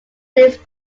released